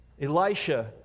Elisha